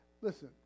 listen